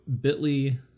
bit.ly